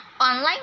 online